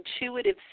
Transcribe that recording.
intuitive